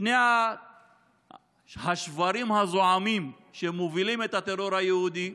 שני השוורים הזועמים שמובילים את הטרור היהודי,